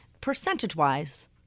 percentage-wise